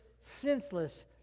senseless